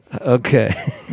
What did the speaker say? Okay